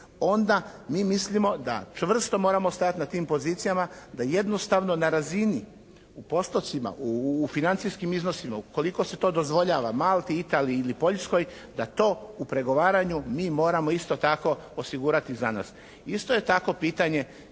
onda mi mislimo da čvrsto moramo stajali na tim pozicijama da jednostavno na razini u postocima, u financijskim iznosima, ukoliko se to dozvoljava Malti, Italiji ili Poljskoj da to u pregovaranju mi moramo isto tako osigurati za nas. Isto je tako pitanje